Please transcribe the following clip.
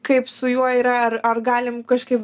kaip su juo yra ar galim kažkaip